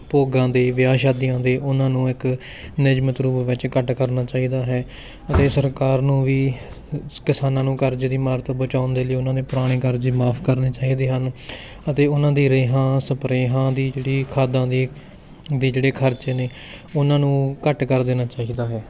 ਭੋਗਾਂ ਦੇ ਵਿਆਹ ਸ਼ਾਦੀਆਂ ਦੇ ਉਨ੍ਹਾਂ ਨੂੰ ਇੱਕ ਨਿਯਮਤ ਰੂਪ ਵਿੱਚ ਘੱਟ ਕਰਨਾ ਚਾਹੀਦਾ ਹੈ ਅਤੇ ਸਰਕਾਰ ਨੂੰ ਵੀ ਕਿਸਾਨਾਂ ਨੂੰ ਕਰਜ਼ੇ ਦੀ ਮਾਰ ਤੋਂ ਬਚਾਉਣ ਦੇ ਲਈ ਉਨ੍ਹਾਂ ਦੇ ਪੁਰਾਣੇ ਕਰਜ਼ੇ ਮਾਫ਼ ਕਰਨੇ ਚਾਹੀਦੇ ਹਨ ਅਤੇ ਉਨ੍ਹਾਂ ਦੀ ਰੇਹਾਂ ਸਪਰੇਹਾਂ ਦੀ ਜਿਹੜੀ ਖਾਦਾਂ ਦੀ ਦੇ ਜਿਹੜੇ ਖਰਚੇ ਨੇ ਉਨ੍ਹਾਂ ਨੂੰ ਘੱਟ ਕਰ ਦੇਣਾ ਚਾਹੀਦਾ ਹੈ